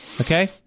Okay